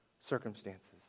circumstances